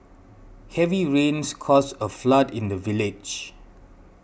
heavy rains caused a flood in the village